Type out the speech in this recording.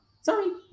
Sorry